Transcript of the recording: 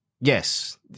Yes